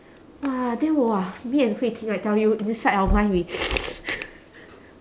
!wah! then !wah! me and hui ting I tell you inside our mind we